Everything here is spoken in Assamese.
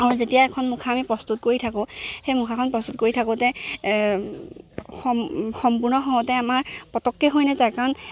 আৰু যেতিয়া এখন মুখা আমি প্ৰস্তুত কৰি থাকোঁ সেই মুখাখন প্ৰস্তুত কৰি থাকোঁতে সম্পূৰ্ণ হওঁতে আমাৰ পটককৈ হৈ নাযায় কাৰণ